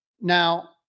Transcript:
Now